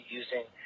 using